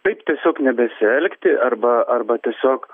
taip tiesiog nebesielgti arba arba tiesiog